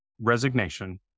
resignation